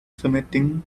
submitting